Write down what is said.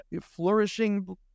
flourishing